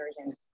version